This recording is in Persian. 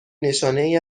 نشانهای